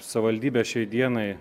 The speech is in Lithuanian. savivaldybė šiai dienai